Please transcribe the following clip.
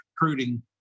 recruiting